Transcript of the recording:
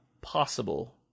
possible